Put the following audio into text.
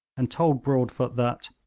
and told broadfoot that,